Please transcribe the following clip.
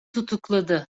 tutukladı